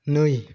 नै